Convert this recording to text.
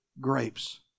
grapes